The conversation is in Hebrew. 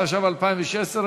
התשע"ו 2016,